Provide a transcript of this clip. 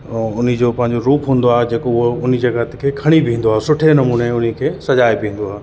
ऐं हुन जो पंहिंजो रूप हूंदो आहे जेको उहो हुन जॻह ते खणी बि ईंदो आहे सुठे नमूने हुनखे सजाए बि ईंदो आहे